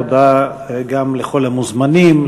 תודה גם לכל המוזמנים,